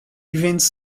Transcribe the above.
events